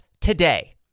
today